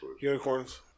Unicorns